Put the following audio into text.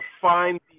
find